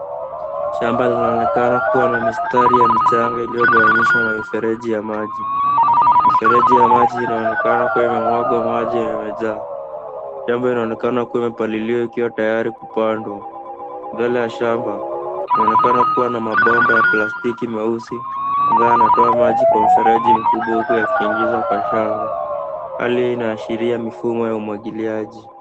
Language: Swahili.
Shamba linaonekana kua na mistari ya michanga iliyogawanyishwa na mifereji ya maji. Mifereji ya maji inaonekana kua inamwaga maji yamejaa, shamba inaonekana kua imepaliliwa ikiwa tayari kupandwa. Mbele ya shamba kunaonekana kua na mabomba ya plastiki meusi ambayo yanatoa maji kwa mfereji mkubwa yakiingiza kwa shamba. Hali inaashiria mifumo ya umwagiliaji.